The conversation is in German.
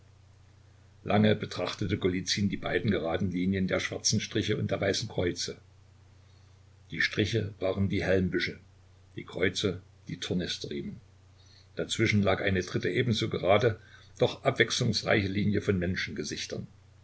lange betrachtete golizyn die beiden geraden linien der schwarzen striche und der weißen kreuze die striche waren die helmbüsche die kreuze die tornisterriemen dazwischen lag eine dritte ebenso gerade doch abwechslungsreiche linie von menschengesichtern